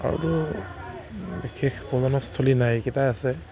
আৰু বিশেষ পৰ্যটনস্থলী নাই এইকেইটা আছে